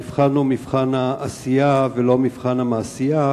המבחן הוא מבחן העשייה ולא מבחן המעשייה,